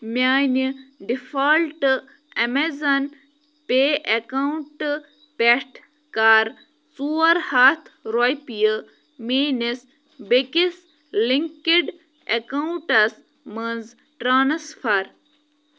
میٛانہِ default Amazon pay account پٮ۪ٹھ کَر ژور ہَتھ رۄپیہِ میٛٲنِس بیٚکِس لِنٛکِڈ اٮ۪کاوُنٛٹَس مَنٛز ٹرٛانسفَر